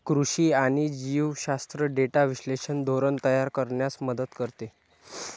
कृषी आणि जीवशास्त्र डेटा विश्लेषण धोरण तयार करण्यास मदत करते